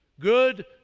Good